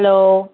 hello